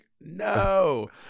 no